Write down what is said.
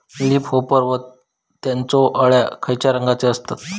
Leaf hopper व त्यानचो अळ्या खैचे रंगाचे असतत?